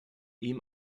ihm